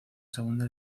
segunda